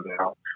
out